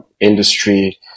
industry